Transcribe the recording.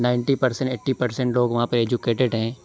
ninety percent eighty percent لوگ وہاں پہ ایجوکیٹیڈ ہیں